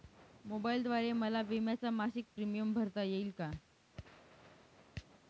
मोबाईलद्वारे मला विम्याचा मासिक प्रीमियम भरता येईल का?